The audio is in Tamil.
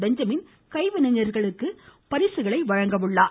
பெஞ்சமின் கைவினைஞர்களுக்கு பரிசுகளை வழங்குகிறார்